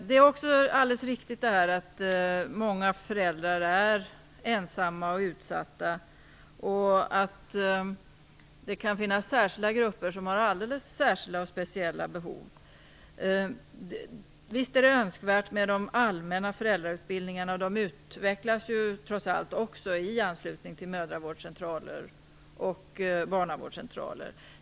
Det är också alldeles riktigt att många föräldrar är ensamma och utsatta liksom att det kan finns särskilda grupper med alldeles speciella behov. Visst är det önskvärt med allmänna föräldrautbildningar. Dessa utvecklas trots allt också i anslutning till mödravårdscentraler och barnavårdscentraler.